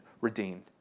redeemed